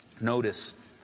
notice